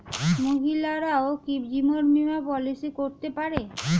মহিলারাও কি জীবন বীমা পলিসি করতে পারে?